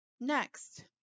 Next